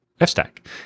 F-Stack